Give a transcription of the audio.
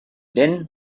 then